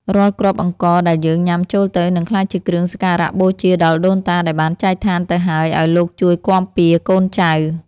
រាល់គ្រាប់អង្ករដែលយើងញ៉ាំចូលទៅនឹងក្លាយជាគ្រឿងសក្ការៈបូជាដល់ដូនតាដែលបានចែកឋានទៅហើយឱ្យលោកជួយគាំពារកូនចៅ។